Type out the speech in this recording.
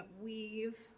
weave